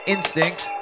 Instinct